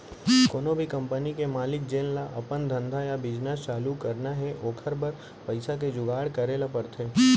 कोनो भी कंपनी के मालिक जेन ल अपन धंधा या बिजनेस चालू करना हे ओकर बर पइसा के जुगाड़ करे ल परथे